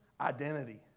identity